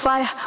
Fire